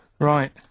Right